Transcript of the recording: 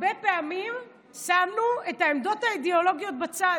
הרבה פעמים שמנו את העמדות האידיאולוגיות בצד.